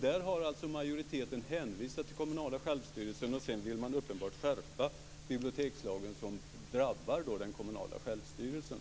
Där har majoriteten alltså hänvisat till kommunala självstyrelsen. Sedan vill man uppenbarligen skärpa bibliotekslagen, som drabbar den kommunala självstyrelsen.